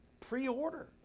pre-order